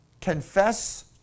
confess